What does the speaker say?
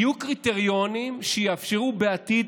יהיו קריטריונים שיאפשרו בעתיד,